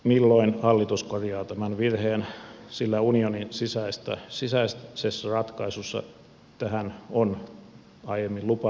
milloin hallitus korjaa tämän virheen sillä unionin sisäisessä ratkaisussa tähän on aiemmin lupailtu muutosta